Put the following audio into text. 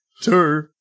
Two